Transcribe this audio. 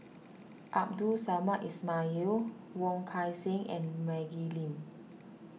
Abdul Samad Ismail Wong Kan Seng and Maggie Lim